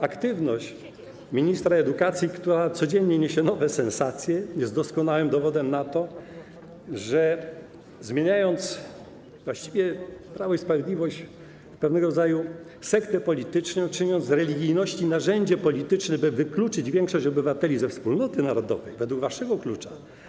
Aktywność ministra edukacji, która codziennie niesie nowe sensacje, jest doskonałym dowodem na to, że zmieniając właściwie Prawo i Sprawiedliwość w pewnego rodzaju sektę polityczną, czynicie z religijności narzędzie polityczne, by wykluczyć większość obywateli ze wspólnoty narodowej według waszego klucza.